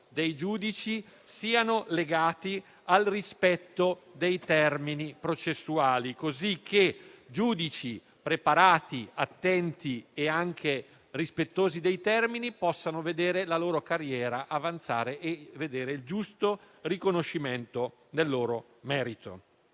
dei giudici siano legati al rispetto dei termini processuali, cosicché giudici preparati, attenti e anche rispettosi dei termini possano vedere la loro carriera avanzare e il giusto riconoscimento del loro merito.